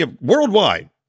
worldwide